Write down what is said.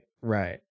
Right